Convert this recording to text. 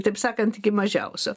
taip sakant iki mažiausio